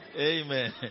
amen